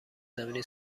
زمینی